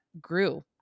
grew